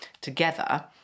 together